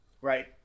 Right